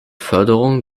förderung